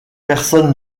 personne